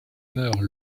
meurt